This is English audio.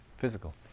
physical